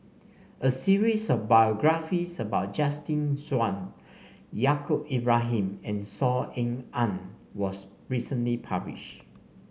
a series of biographies about Justin Zhuang Yaacob Ibrahim and Saw Ean Ang was recently publish